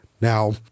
Now